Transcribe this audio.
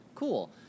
Cool